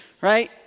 right